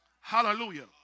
Hallelujah